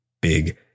big